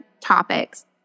topics